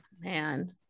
man